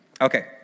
Okay